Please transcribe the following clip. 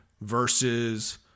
versus